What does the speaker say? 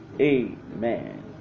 Amen